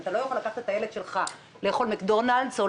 אם אתה לא יכול לקחת את הילד שלך לאכול במקדונלדס או